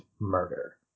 murder